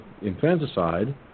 infanticide